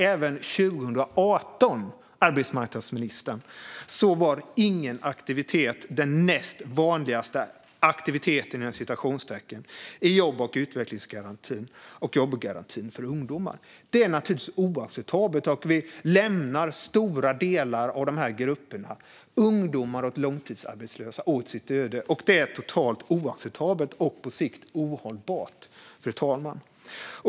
Även 2018 var ingen aktivitet den näst vanligaste "aktiviteten" i jobb och utvecklingsgarantin och jobbgarantin för ungdomar, arbetsmarknadsministern. Det är naturligtvis oacceptabelt. Vi lämnar stora delar av dessa grupper - ungdomar och långtidsarbetslösa - åt sitt öde. Det är totalt oacceptabelt och på sikt ohållbart, fru talman.